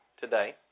today